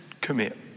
commit